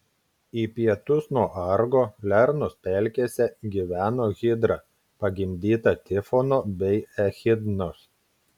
į pietus nuo argo lernos pelkėse gyveno hidra pagimdyta tifono bei echidnos